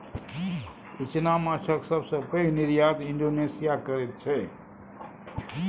इचना माछक सबसे पैघ निर्यात इंडोनेशिया करैत छै